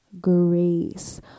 grace